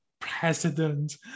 president